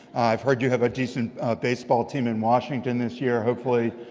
i've heard you have a decent baseball team in washington this year. hopefully,